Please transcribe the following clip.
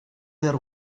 their